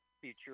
future